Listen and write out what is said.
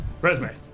Resume